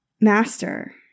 Master